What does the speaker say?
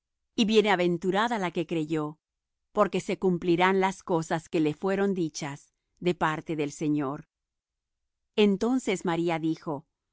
y bienaventurada la que creyó porque se cumplirán las cosas que le fueron dichas de parte del señor entonces maría dijo